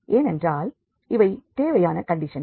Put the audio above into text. ஏனென்றால் இவை தேவையான கண்டிஷன்கள்